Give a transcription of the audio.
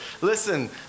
listen